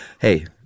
Hey